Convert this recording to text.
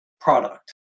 product